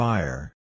Fire